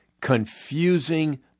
confusing